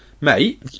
Mate